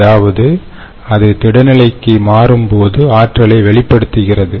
அதாவது அது திட நிலைக்கு மாறும்போது ஆற்றலை வெளிப்படுத்துகிறது